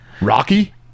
Rocky